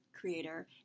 creator